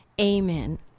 amen